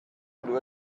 under